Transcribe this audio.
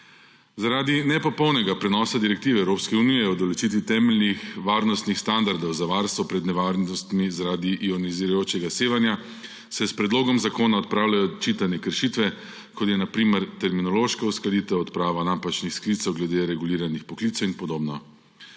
Zaradi nepopolnega prenosa direktive Evropske unije o določitvi temeljnih varnostnih standardov za varstvo pred nevarnostmi zaradi ionizirajočega sevanja se s predlogom zakona odpravljajo očitane kršitve, kot je na primer terminološka uskladitev, odprava napačnih sklicev glede reguliranih poklicev in podobno.